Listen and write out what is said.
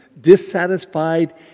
dissatisfied